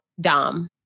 Dom